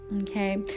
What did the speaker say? Okay